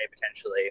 potentially